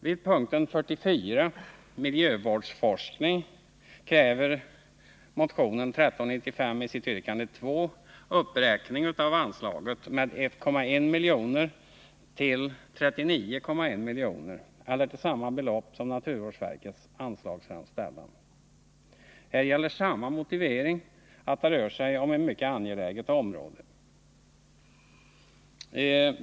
Vid punkten 44, Miljövårdsforskning, kräver motionen 1395 i sitt yrkande 2 uppräkning av anslaget med 1,1 milj.kr. till 39,1 milj.kr. eller till samma belopp som i naturvårdsverkets anslagsframställan. Här gäller samma motivering, dvs. att det rör sig om ett mycket angeläget område.